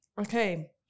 Okay